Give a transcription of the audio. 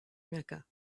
mecca